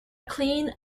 clean